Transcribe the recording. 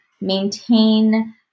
maintain